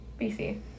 bc